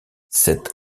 cette